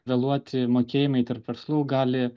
vėluoti mokėjimai tarp verslų gali